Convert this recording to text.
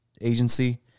agency